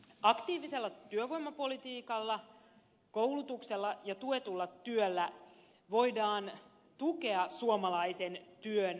aktiivisella työvoimapolitiikalla koulutuksella ja tuetulla työllä voidaan tukea suomalaisen työn edellytyksiä